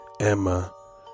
Emma